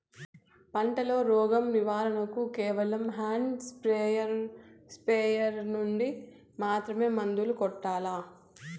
పంట లో, రోగం నివారణ కు కేవలం హ్యాండ్ స్ప్రేయార్ యార్ నుండి మాత్రమే మందులు కొట్టల్లా?